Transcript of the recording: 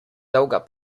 dolga